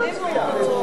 והוא בא ועונה לו,